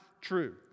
true